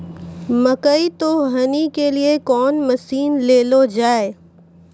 मकई तो हनी के लिए कौन मसीन ले लो जाए?